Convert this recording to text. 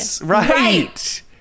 Right